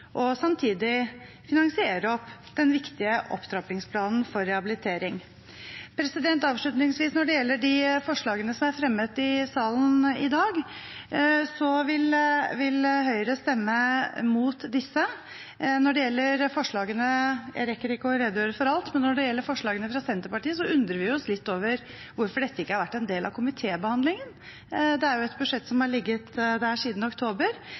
og samtidig finansiere opp den viktige opptrappingsplanen for rehabilitering. Avslutningsvis: Når det gjelder de forslagene som er fremmet i salen i dag, vil Høyre stemme imot disse. Jeg rekker ikke å redegjøre for alt, men når det gjelder forslagene fra Senterpartiet, undrer vi oss litt over hvorfor dette ikke har vært en del av komitébehandlingen. Det er jo et budsjett som har ligger der siden oktober.